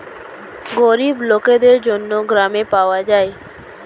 গরিব লোকদের জন্য গ্রামে পাওয়া যায়